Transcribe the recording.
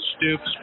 Stoops